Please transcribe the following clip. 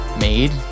made